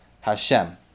HaShem